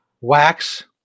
Wax